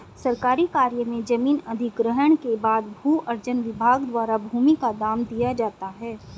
सरकारी कार्य में जमीन अधिग्रहण के बाद भू अर्जन विभाग द्वारा भूमि का दाम दिया जाता है